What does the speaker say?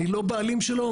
אני לא בעלים שלו.